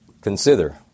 consider